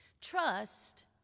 Trust